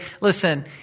listen